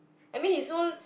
I mean he's so